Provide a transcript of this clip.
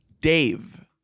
dave